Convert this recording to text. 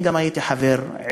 גם אני הייתי חבר עירייה,